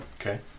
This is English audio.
Okay